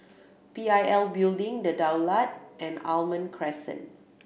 P I L Building The Daulat and Almond Crescent